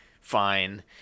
fine